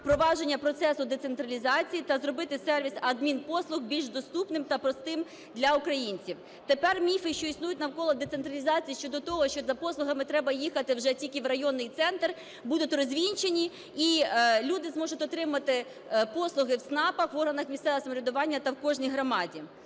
впровадження процесу децентралізації та зробити сервіс адмінпослуг більш доступним та простим для українців. Тепер міфи, що існують навколо децентралізації, щодо того, що за послугами треба їхати вже тільки в районний центр, будуть розвінчані і люди зможуть отримати послуги в ЦНАПах, в органах місцевого самоврядування та в кожній громаді.